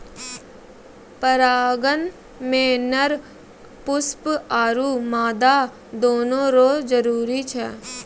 परागण मे नर पुष्प आरु मादा दोनो रो जरुरी छै